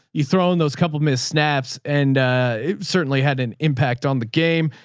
you throw in those couple of minutes snaps and it certainly had an impact on the game,